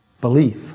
belief